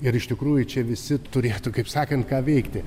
ir iš tikrųjų čia visi turėtų kaip sakant ką veikti